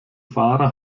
fahrer